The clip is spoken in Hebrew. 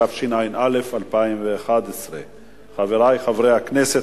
התשע"א 2011. חברי חברי הכנסת,